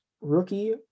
rookie